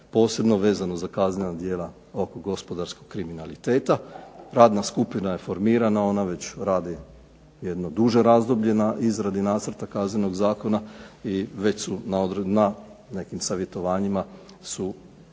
posebno vezano za kaznena djela oko gospodarskog kriminaliteta. Radna skupina je formirana ona već radi jedno duže razdoblje na izradi nacrta Kaznenog zakona i već su na nekim savjetovanjima su